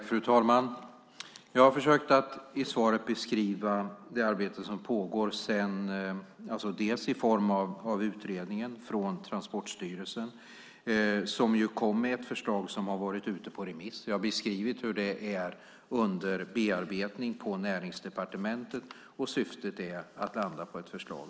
Fru talman! Jag har försökt att i svaret beskriva det arbete som pågår delvis i form av utredningen från Transporstyrelsen, som kom med ett förslag som har varit ute på remiss. Jag har beskrivit hur det är under bearbetning på Näringsdepartementet. Syftet är att landa på ett förslag.